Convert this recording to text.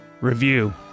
review